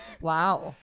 Wow